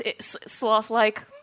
Sloth-like